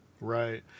Right